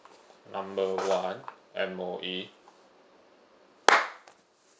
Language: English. number one M_O_E